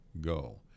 go